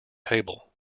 table